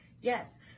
Yes